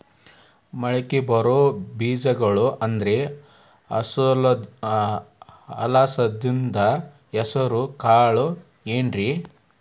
ಮಳಕಿ ಬರೋ ಬೇಜಗೊಳ್ ಅಂದ್ರ ಅಲಸಂಧಿ, ಹೆಸರ್ ಕಾಳ್ ಏನ್ರಿ?